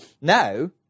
Now